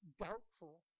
doubtful